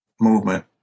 movement